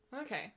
Okay